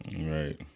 Right